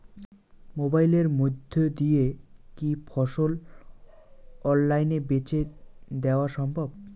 মোবাইলের মইধ্যে দিয়া কি ফসল অনলাইনে বেঁচে দেওয়া সম্ভব?